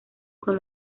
con